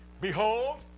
Behold